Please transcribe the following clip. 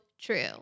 true